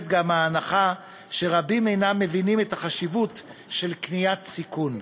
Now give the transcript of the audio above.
גם ההנחה שרבים אינם מבינים את החשיבות של קניית סיכון.